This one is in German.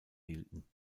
hielten